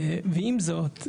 ואם זאת,